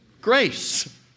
grace